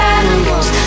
animals